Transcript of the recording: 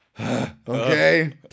okay